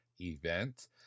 event